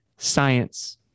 science